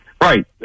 Right